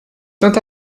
tant